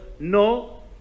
No